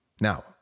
Now